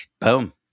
boom